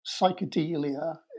psychedelia